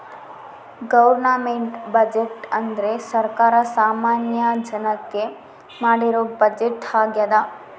government budget ಅಂದ್ರೆ ಸರ್ಕಾರ ಸಾಮಾನ್ಯ ಜನಕ್ಕೆ ಮಾಡಿರೋ ಬಜೆಟ್ ಆಗ್ಯದ